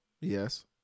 Yes